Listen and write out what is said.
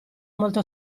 molto